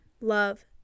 love